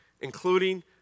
including